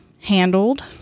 handled